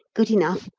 good enough.